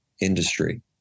industry